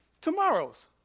tomorrow's